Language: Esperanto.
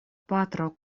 patro